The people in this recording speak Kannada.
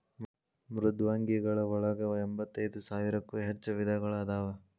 ಮೃದ್ವಂಗಿಗಳ ಒಳಗ ಎಂಬತ್ತೈದ ಸಾವಿರಕ್ಕೂ ಹೆಚ್ಚ ವಿಧಗಳು ಅದಾವ